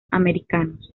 americanos